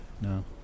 No